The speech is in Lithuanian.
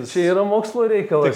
čia yra mokslo reikala